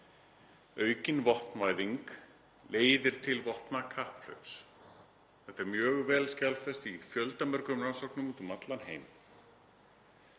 Aukin vopnavæðing leiðir til vopnakapphlaups. Þetta er mjög vel skjalfest í fjöldamörgum rannsóknum úti um allan heim.